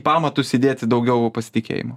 pamatus įdėti daugiau pasitikėjimo